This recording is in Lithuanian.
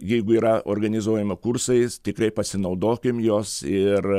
jeigu yra organizuojami kursai tikrai pasinaudokim juos ir